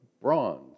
bronze